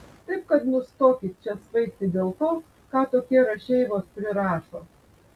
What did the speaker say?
taip kad nustokit čia svaigti dėl to ką tokie rašeivos prirašo